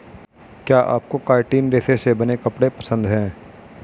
क्या आपको काइटिन रेशे से बने कपड़े पसंद है